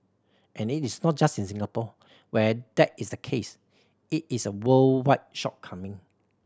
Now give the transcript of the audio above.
and it is not just in Singapore where that is the case it is a worldwide shortcoming